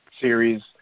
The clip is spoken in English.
series